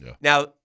Now